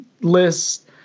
lists